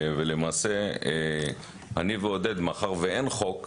ולמעשה אני ועודד מאחר ואין חוק,